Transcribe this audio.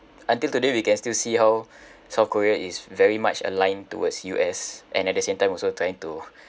until today we can still see how south korea is very much aligned towards U_S and at the same time also trying to